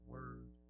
Word